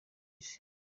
isi